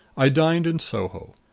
i dined in soho.